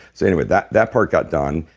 so and but that that part got done,